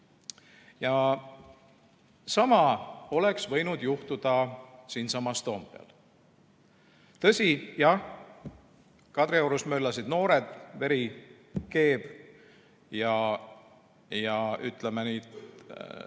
Sama oleks võinud juhtuda siinsamas Toompeal. Tõsi, jah, Kadriorus möllasid noored, veri kees. Ütleme nii, et